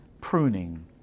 pruning